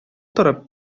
торып